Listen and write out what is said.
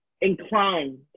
inclined